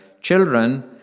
children